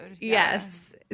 Yes